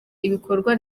ibikorwa